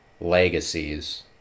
legacies